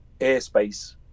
airspace